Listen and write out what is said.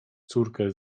córkę